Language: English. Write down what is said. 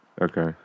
Okay